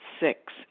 Six